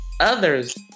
others